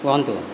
କୁହନ୍ତୁ